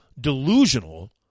delusional